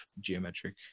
geometric